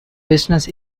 business